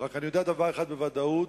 אני רק יודע דבר אחד בוודאות,